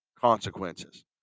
consequences